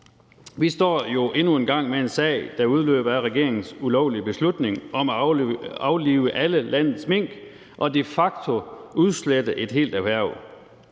Vi står jo endnu en gang med en sag, der udløber af regeringens ulovlige beslutning om at aflive alle landets mink og de facto udslette et helt erhverv.